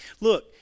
look